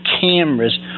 cameras